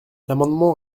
l’amendement